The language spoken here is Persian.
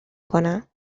کنم